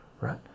right